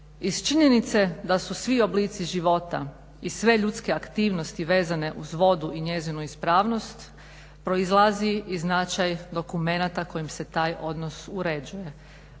Iz činjenice da su svi oblici života i sve ljudske aktivnosti vezane uz vodu i njezinu ispravnost proizlazi i značaj dokumenata kojim se taj odnos uređuje,